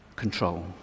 Control